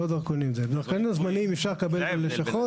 דרכונים זמניים אפשר לקבל בלשכות.